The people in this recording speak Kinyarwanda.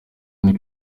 niko